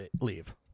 leave